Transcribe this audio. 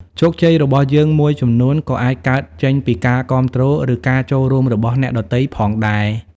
ជោគជ័យរបស់យើងមួយចំនួនក៏អាចកើតចេញពីការគាំទ្រ ឬការចូលរួមរបស់អ្នកដទៃផងដែរ។